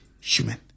human